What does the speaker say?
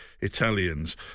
Italians